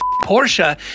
Portia